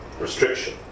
restriction